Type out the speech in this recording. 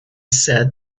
said